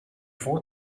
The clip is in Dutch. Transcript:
voor